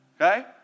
okay